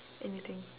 anything